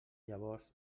llavors